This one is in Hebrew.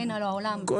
גם